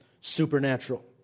supernatural